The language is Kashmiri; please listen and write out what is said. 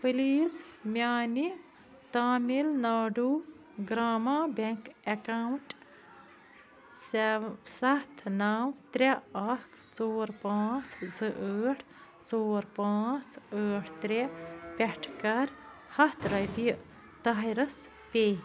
پٕلیٖز میٛانہِ تامِل ناڈوٗ گرٛاما بیٚنٛک ایٚکاونٛٹ سیٚوٕ سَتھ نَو ترٛےٚ اَکھ ژور پانٛژھ زٕ ٲٹھ ژور پانٛژھ ٲٹھ ترٛےٚ پٮ۪ٹھ کَر ہَتھ رۄپیہِ طاہِرس پیٚے